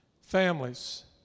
Families